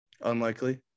Unlikely